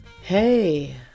Hey